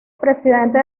presidente